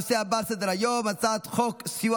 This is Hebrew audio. הנושא הבא על סדר-היום: הצעת חוק סיוע